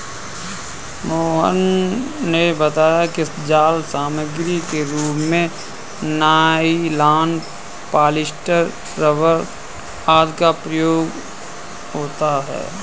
मोहन ने बताया कि जाल सामग्री के रूप में नाइलॉन, पॉलीस्टर, रबर आदि का प्रयोग होता है